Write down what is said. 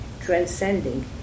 transcending